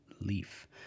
Leaf